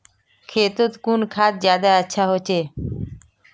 खेतोत कुन खाद ज्यादा अच्छा होचे?